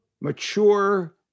mature